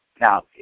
Now